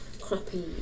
crappy